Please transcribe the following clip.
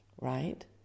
right